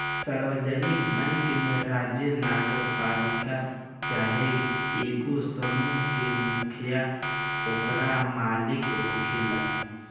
सार्वजानिक बैंक में राज्य, नगरपालिका चाहे एगो समूह के मुखिया ओकर मालिक होखेला